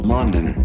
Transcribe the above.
London